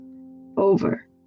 over